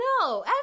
no